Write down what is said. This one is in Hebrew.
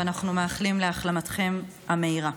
ואנחנו מייחלים להחלמתכם המהירה.